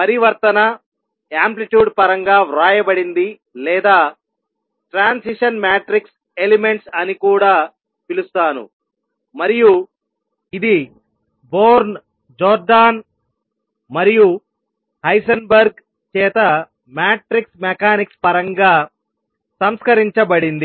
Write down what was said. పరివర్తనయాంప్లిట్యూడ్ పరంగా వ్రాయబడింది లేదా ట్రాన్సిషన్ మ్యాట్రిక్స్ ఎలిమెంట్స్ అని కూడా పిలుస్తాను మరియు ఇది బోర్న్ జోర్డాన్ మరియు హైసెన్బర్గ్ చేత మ్యాట్రిక్స్ మెకానిక్స్ పరంగా సంస్కరించబడింది